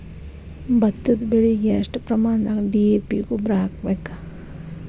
ಭತ್ತದ ಬೆಳಿಗೆ ಎಷ್ಟ ಪ್ರಮಾಣದಾಗ ಡಿ.ಎ.ಪಿ ಗೊಬ್ಬರ ಹಾಕ್ಬೇಕ?